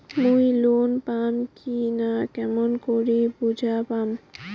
মুই লোন পাম কি না কেমন করি বুঝা পাম?